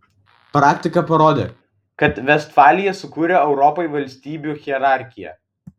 praktika parodė kad vestfalija sukūrė europai valstybių hierarchiją